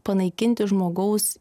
panaikinti žmogaus